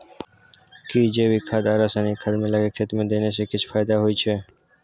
कि जैविक खाद आ रसायनिक खाद मिलाके खेत मे देने से किछ फायदा होय छै?